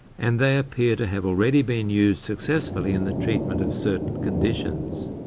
and they appear to have already been used successfully in the treatment of certain conditions.